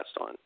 on